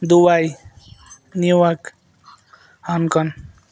Dubai New York Hong Kong